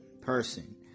person